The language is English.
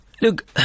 Look